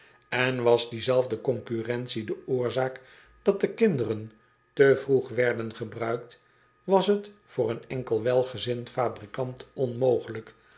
n was diezelfde concurrentie de oorzaak dat de kinderen te vroeg werden gebruikt was t voor een enkel welgezind fabrikant onmogelijk